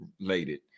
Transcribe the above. related